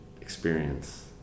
experience